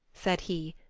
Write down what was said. said he,